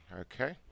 okay